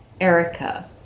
Erica